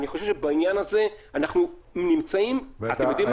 בעניין הזה אנחנו נמצאים אתם יודעים מה?